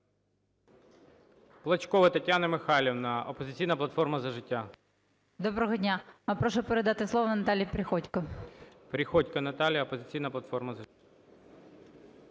Доброго дня! Прошу передати слово Наталії Приходько. ГОЛОВУЮЧИЙ. Приходько Наталія, "Опозиційна платформа – За життя".